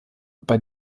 bei